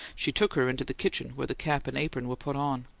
she took her into the kitchen, where the cap and apron were put on.